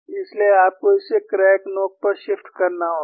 इसलिए आपको इसे क्रैक नोक पर शिफ्ट करना होगा